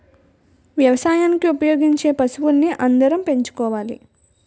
వ్యవసాయానికి ఉపయోగించే పశువుల్ని అందరం పెంచుకోవాలి